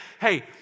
hey